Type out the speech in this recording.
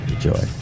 Enjoy